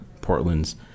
Portland's